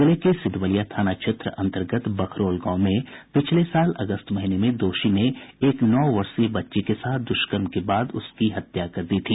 जिले के सिधवलिया थाना क्षेत्र अंतर्गत बखरौल गांव में पिछले साल अगस्त महीने में दोषी ने एक नौ वर्षीय बच्ची के साथ दुष्कर्म के बाद उसकी हत्या कर दी थी